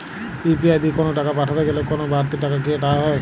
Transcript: UPI দিয়ে কোন টাকা পাঠাতে গেলে কোন বারতি টাকা কি কাটা হয়?